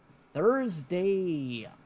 Thursday